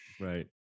Right